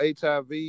HIV